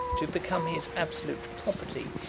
to become his absolute property,